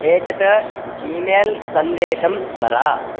एतत् ईमेल् सन्देशं स्मर